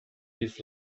his